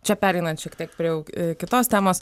čia pereinant šiek tiek prie jau kitos temos